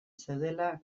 zeudela